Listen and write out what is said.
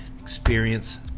experience